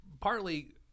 Partly